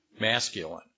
masculine